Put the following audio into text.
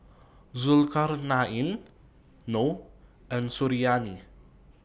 Zulkarnain Noh and Suriani